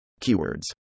keywords